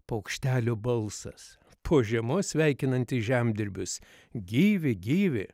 paukštelio balsas po žiemos sveikinantį žemdirbius gyvi gyvi